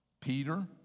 Peter